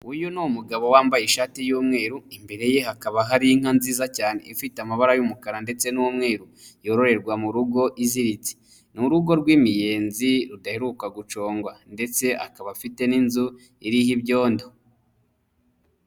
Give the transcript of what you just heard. Uyu ni umugabo wambaye ishati y'umweru imbere ye hakaba hari inka nziza cyane ifite amabara y'umukara ndetse n'umweru yororerwa mu rugo iziritse, ni urugo rw'imiyenzi rudaheruka gucongwa ndetse akaba afite n'inzu iriho ibyondo.